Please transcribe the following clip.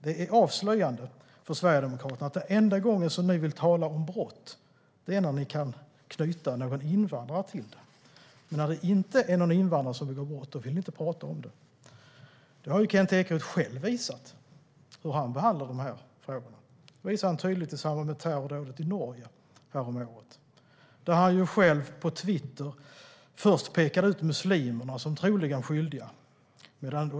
Det är avslöjande för er i Sverigedemokraterna att den enda gången som ni vill tala om brott är när ni kan knyta någon invandrare till det. Men när det inte är någon invandrare som begår brott vill ni inte tala om det. Kent Ekeroth har själv visat hur han behandlar dessa frågor. Det visade han tydligt i samband med terrordådet i Norge häromåret, då han själv på Twitter först pekade ut muslimerna som troligen skyldiga.